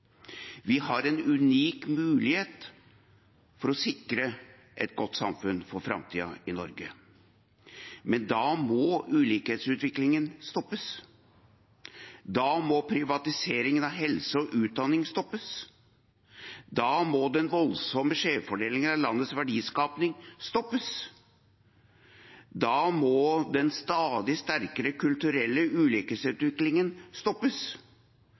Vi har en unik mulighet for å sikre et godt samfunn for framtida i Norge, men da må ulikhetsutviklingen stoppes. Da må privatiseringen av helse og utdanning stoppes. Da må den voldsomme skjevfordelingen i landets verdiskaping stoppes. Da må den stadig sterkere kulturelle ulikhetsutviklingen stoppes.